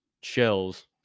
shells